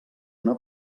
una